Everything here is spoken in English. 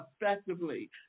effectively